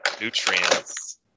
nutrients